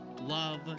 love